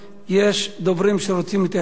יש דוברים שרוצים להתייחס לחוק.